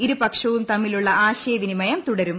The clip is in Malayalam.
ഇരുപക്ഷവും തമ്മിലുള്ള ആശയവിനിമയം തുടരും